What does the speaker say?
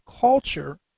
culture